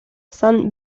san